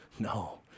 No